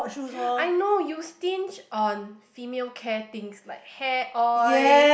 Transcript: I know you stinge on female care things like hair oil